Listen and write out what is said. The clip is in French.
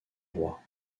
roi